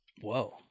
Whoa